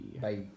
Bye